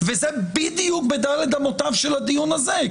וזה בדיוק בדל"ת אמותיו של הדיון הזה,